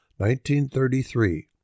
1933